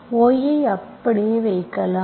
y ஐ அப்படியே வைக்கலாம்